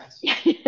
yes